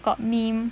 got meme